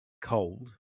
cold